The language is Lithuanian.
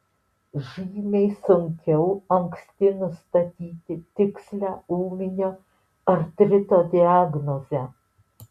žymiai sunkiau anksti nustatyti tikslią ūminio artrito diagnozę